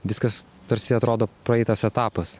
viskas tarsi atrodo praeitas etapas